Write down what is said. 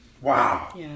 Wow